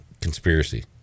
conspiracy